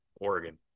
Oregon